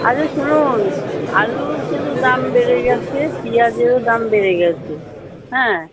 আরে শুনুন আলুর কিন্তু দাম বেড়ে গেছে পিঁয়াজেরও দাম বেড়ে গেছে হ্যাঁ